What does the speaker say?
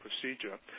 procedure